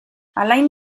alain